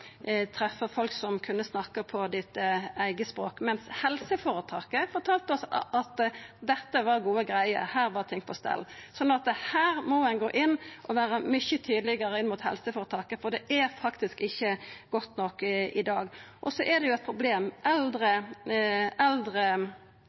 treffa folk som kunne snakka sitt eige språk. Men helseføretaket fortalde oss at dette var gode greier, der var ting på stell. Så her må ein gå inn og vera mykje tydelegare overfor helseføretaket, for det er faktisk ikkje godt nok i dag. Eit anna problem er at eldre med samisk språk kan mista det